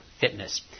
fitness